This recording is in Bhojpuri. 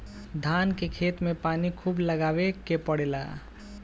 धान के खेत में पानी खुब लगावे के पड़ेला